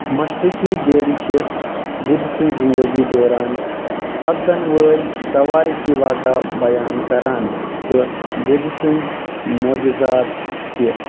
مشرِقی ڈیڈِ چھِ بدھ سٕنٛزِ زِنٛدگی دوران سپدن وٲلۍ تواریٖخی واقعہٕ بیان کَران تہٕ بدھٕ سٕنٛدۍ مُعجزات تہِ